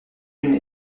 une